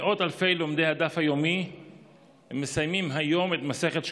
מאות אלפי לומדי הדף היומי מסיימים היום את מסכת שקלים.